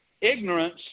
Ignorance